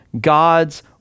God's